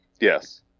yes